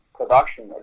production